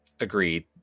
Agreed